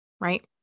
right